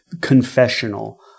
confessional